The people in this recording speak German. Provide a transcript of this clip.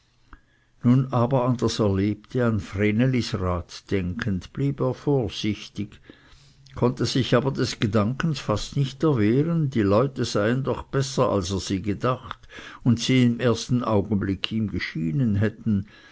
nun aber an das erlebte an vrenelis rat denkend blieb er vorsichtig konnte sich aber des gedankens fast nicht erwehren die leute seien doch besser als er sie gedacht und sie im ersten augenblick ihm geschienen hätten